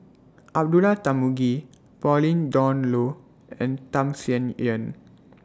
Abdullah Tarmugi Pauline Dawn Loh and Tham Sien Yen